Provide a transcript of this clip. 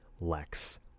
Lex